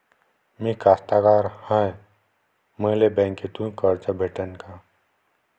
मी कास्तकार हाय, मले बँकेतून कर्ज भेटन का?